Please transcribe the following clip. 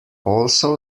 also